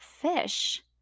fish